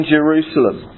Jerusalem